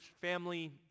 family